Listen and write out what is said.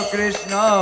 Krishna